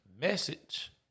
Message